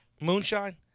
moonshine